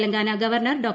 Telangana governor Dr